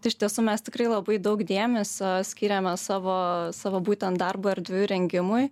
tai iš tiesų mes tikrai labai daug dėmesio skyrėme savo savo būtent darbo erdvių įrengimui